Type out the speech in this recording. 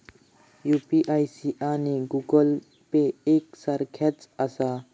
UPI आणि Google Pay एक सारख्याच आसा?